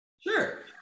Sure